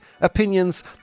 opinions